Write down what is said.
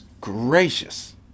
gracious